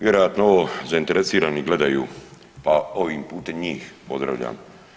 Vjerojatno ovo zainteresirani gledaju, pa ovim putem njih pozdravljam.